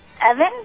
Evan